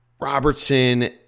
Robertson